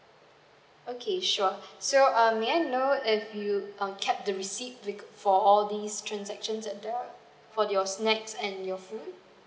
okay sure so um may I know if you uh kept the receipts for all these transactions at the for your snacks and your food